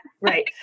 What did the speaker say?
Right